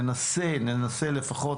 ננסה לפחות